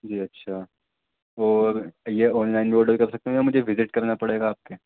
جی اچھا اور یہ آن لائن بھی آڈر کر سکتے ہیں یا مجھے وزٹ کرنا پڑے گا آپ کے